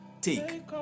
take